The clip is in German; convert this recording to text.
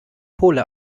pole